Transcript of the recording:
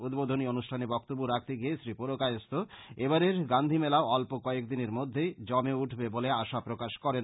উদ্বোধনী অনুষ্ঠানে বক্তব্য রাখতে গিয়ে শ্রী পুরকায়স্থ এবারের গান্ধী মেলা অল্প কয়েক দিনের মধ্যে জমে উঠবে বলে আশা প্রকাশ করেন